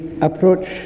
approach